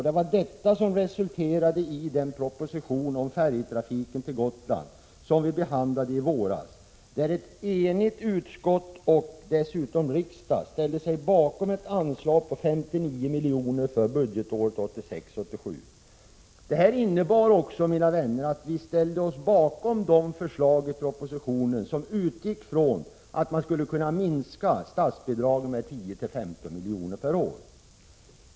Det var detta som resulterade i den proposition om färjetrafiken till Gotland som riksdagen behandlade i våras, där ett enigt utskott och en enig riksdag ställde sig bakom ett anslag på 59 milj.kr. för budgetåret 1986/87. Det innebar också att vi ställde oss bakom de förslag i propositionen som utgick från att man skulle kunna minska statsbidragen med 10-15 milj.kr. per år.